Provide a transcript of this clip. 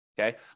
okay